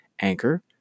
Anchor